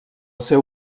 seu